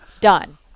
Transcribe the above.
done